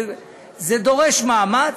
זה דורש מאמץ,